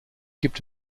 gibt